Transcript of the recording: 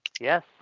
Yes